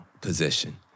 position